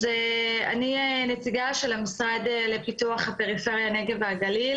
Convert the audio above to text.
אז אני נציגה של המשרד לפיתוח הפריפריה הנגב והגליל.